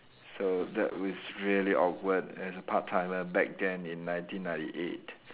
so that was really awkward as a part timer back then in nineteen ninety eight